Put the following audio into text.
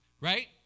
right